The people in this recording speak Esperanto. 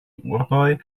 urboj